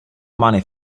money